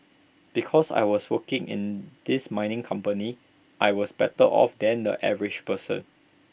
because I was working in this mining company I was better off than the average person